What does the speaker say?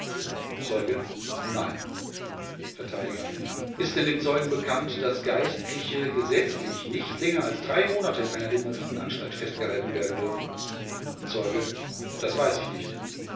zeuge nein vert ist denn dem zeugen bekannt daß geistliche gesetzlich nicht länger als drei monate in einer demeritenanstalt festgehalten werden dürfen zeuge das weiß ich nicht